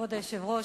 כבוד היושב-ראש,